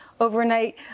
overnight